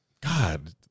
God